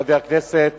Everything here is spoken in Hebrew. חבר הכנסת